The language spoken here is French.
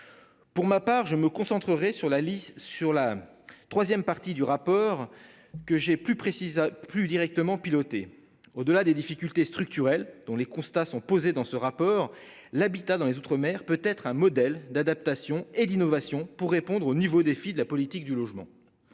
Pour ma part je me concentrerai sur la liste sur la 3ème partie du rapport que j'ai plus précises, plus directement piloté au delà des difficultés structurelles dont les constats sont posés dans ce rapport l'habitat dans les outre-mer peut être un modèle d'adaptation et d'innovation pour répondre au niveau des filles de la politique du logement.